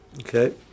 Okay